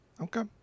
Okay